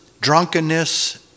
drunkenness